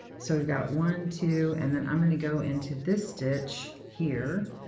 so we've got one, two, and then i'm going to go into this stitch here.